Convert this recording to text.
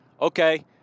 Okay